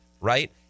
right